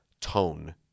tone